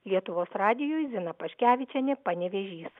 lietuvos radijui zina paškevičienė panevėžys